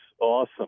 awesome